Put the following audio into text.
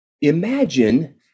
Imagine